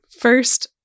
first